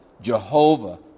Jehovah